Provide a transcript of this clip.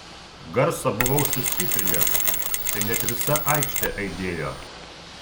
garsą buvau sustiprinęs tai net visa aikštė aidėjo